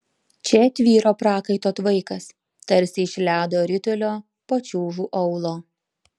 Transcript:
čia tvyro prakaito tvaikas tarsi iš ledo ritulio pačiūžų aulo